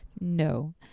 No